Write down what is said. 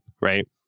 right